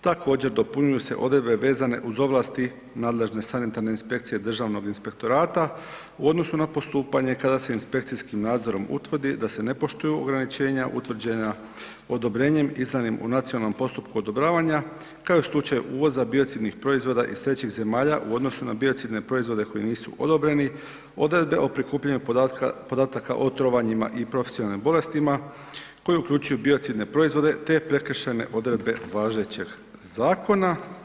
Također dopunjuju se odredbe vezane uz ovlasti nadležne sanitarne inspekcije Državnog inspektorata u odnosu na postupanje kada se inspekcijskim nadzorom utvrdi da se ne poštuju ograničenja utvrđena odobrenjem izdanim u nacionalnom postupku odobravanja, kao i u slučaju uvoza biocidnih proizvoda iz trećih zemalja u odnosu na biocidne proizvode koji nisu odobreni, odredbe o prikupljanju podataka o trovanjima i profesionalnim bolestima koji uključuju biocidne proizvode te prekršajne odredbe važećeg zakona.